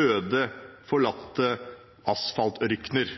øde, forlatte asfaltørkener.